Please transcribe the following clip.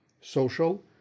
social